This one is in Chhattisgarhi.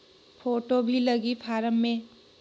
फ़ोटो भी लगी फारम मे?